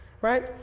right